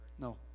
No